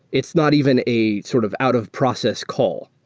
it's not even a sort of out of process call.